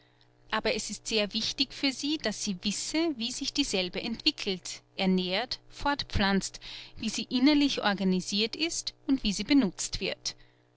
aber es ist sehr wichtig für sie daß sie wisse wie sich dieselbe entwickelt ernährt fortpflanzt wie sie innerlich organisirt ist und wie sie benutzt wird